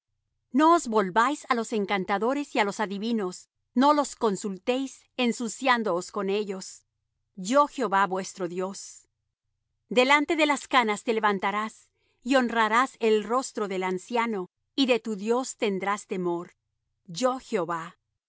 os volváis á los encantadores y á los adivinos no los consultéis ensuciándoos con ellos yo jehová vuestro dios delante de las canas te levantarás y honrarás el rostro del anciano y de tu dios tendrás temor yo jehová